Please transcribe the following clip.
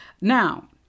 Now